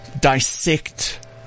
Dissect